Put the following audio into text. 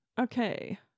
Okay